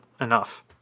enough